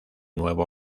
nuevo